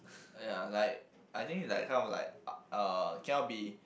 oh ya like I think is like kind of like uh cannot be